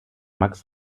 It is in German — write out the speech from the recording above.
max